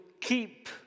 keep